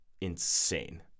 insane